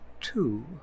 two